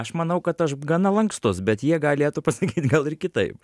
aš manau kad aš gana lankstus bet jie galėtų pasakyt gal ir kitaip